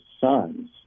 sons